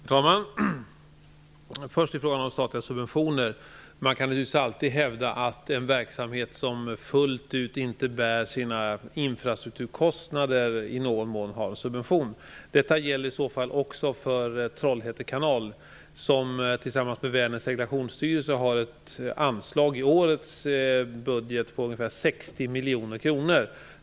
Herr talman! Först till frågan om statliga subventioner. Man kan naturligtvis alltid hävda att verksamhet som fullt ut inte bär sina infrastrukturkostnader i någon mån har subvention. Detta gäller i så fall också för Trollhätte kanal som tillsammans med Vänerns seglationsstyrelse har ett anslag i årets budget på ungefär 60 miljoner kronor.